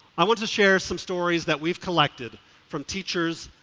i want to share some stories that we've collected from teachers,